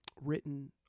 written